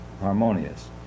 harmonious